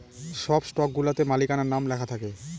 সব স্টকগুলাতে মালিকানার নাম লেখা থাকে